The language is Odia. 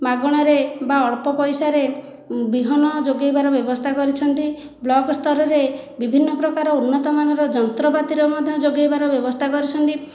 ମାଗଣାରେ ବା ଅଳ୍ପ ପଇସାରେ ବିହନ ଯୋଗେଇବାର ବ୍ୟବସ୍ଥା କରିଛନ୍ତି ବ୍ଲକ ସ୍ତରରେ ବିଭିନ୍ନ ପ୍ରକାର ଉନ୍ନତ ମାନର ଯନ୍ତ୍ର ପାତିର ମଧ୍ୟ ଯୋଗେଇବାର ମଧ୍ୟ ବ୍ୟବସ୍ଥା କରିଛନ୍ତି